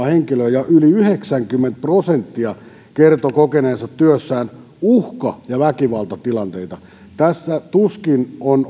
henkilöä ja yli yhdeksänkymmentä prosenttia kertoi kokeneensa työssään uhka ja väkivaltatilanteita tässä tuskin on